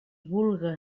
vulga